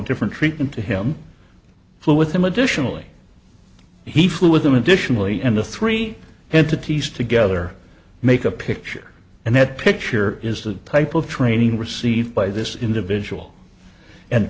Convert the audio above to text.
different treatment to him flew with him additionally he flew with them additionally and the three entities together make a picture and that picture is the type of training received by this individual and